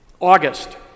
August